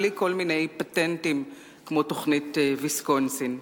בלי כל מיני פטנטים כמו תוכנית ויסקונסין.